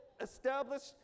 established